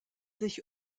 sich